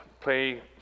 play